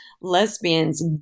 lesbians